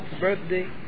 birthday